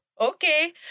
okay